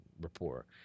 rapport